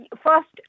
First